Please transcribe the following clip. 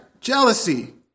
jealousy